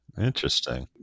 Interesting